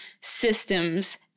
systems